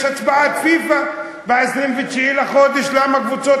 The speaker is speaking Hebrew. יש הצבעת פיפ"א ב-29 בחודש: למה קבוצות